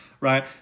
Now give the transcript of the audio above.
right